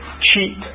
cheat